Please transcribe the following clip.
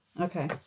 Okay